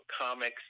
comics